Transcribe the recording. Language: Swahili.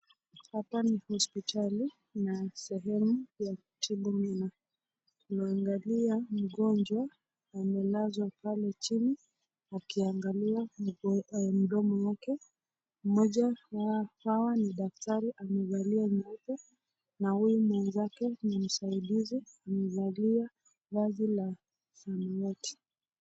Hapa ni hospitali na sehemu ya kutibu wagonjwa anaangalia mgonjwa amelazwa pale chini akiangalia mdomo yake moja ni daktari amevalia nyeupe na huyu mwezake ni msaidizi amevalia viazi la samawati.